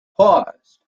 paused